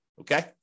okay